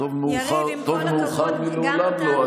יריב, עם כל הכבוד, טוב מאוחר מלעולם לא.